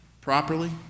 properly